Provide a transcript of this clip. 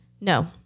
No